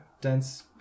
dense